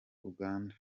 uganda